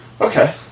Okay